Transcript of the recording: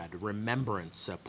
remembrance